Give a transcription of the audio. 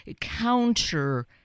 counter